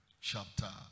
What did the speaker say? chapter